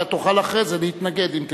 אתה תוכל אחרי זה להתנגד אם תרצה.